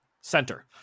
center